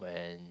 when